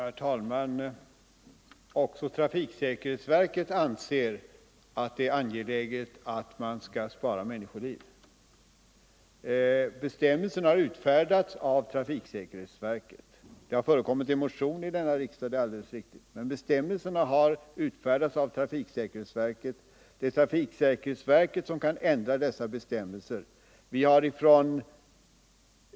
Herr talman! Också trafiksäkerhetsverket anser att det är angeläget att spara människoliv. Det är riktigt att riksdagen behandlade en motion i ämnet, men bestämmelserna på detta område har utfärdats av trafiksäkerhetsverket. Det är alltså trafiksäkerhetsverket som kan ändra bestämmelserna.